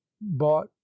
bought